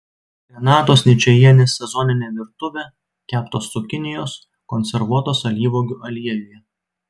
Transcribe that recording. renatos ničajienės sezoninė virtuvė keptos cukinijos konservuotos alyvuogių aliejuje